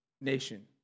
nation